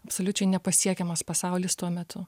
absoliučiai nepasiekiamas pasaulis tuo metu